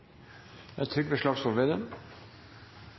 folk. Trygve Slagsvold Vedum